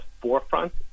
forefront